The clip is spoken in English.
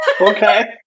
Okay